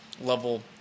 level